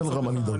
אין לך מה לדאוג.